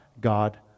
God